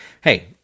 Hey